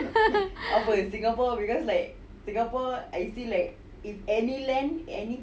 I believe singapore because like singapore I usually like if any land any